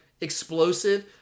explosive